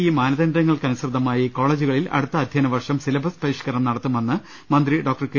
E മാനദണ്ഡങ്ങൾക്കനുസൃതമായി കോളേജുക ളിൽ അടുത്ത അധ്യയനവർഷം സിലബസ് പരിഷ്കരണം നടത്തുമെന്ന് മന്ത്രി ഡോക്ടർ കെ